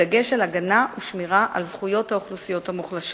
בדגש על הגנה ושמירה על זכויות האוכלוסיות המוחלשות.